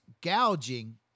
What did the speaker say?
gouging